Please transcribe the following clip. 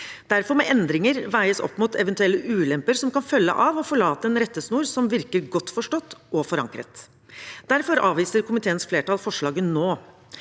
Derfor må endringer veies opp mot eventuelle ulemper som kan følge av å forlate en rettesnor som virker godt forstått og forankret, og derfor avviser komiteens flertall forslaget nå.